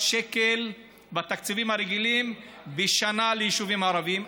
שקל בתקציבים הרגילים בשנה ליישובים הערביים.